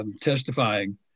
testifying